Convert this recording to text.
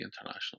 International